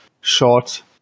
short